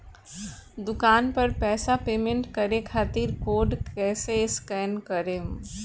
दूकान पर पैसा पेमेंट करे खातिर कोड कैसे स्कैन करेम?